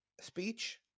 speech